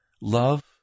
love